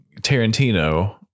Tarantino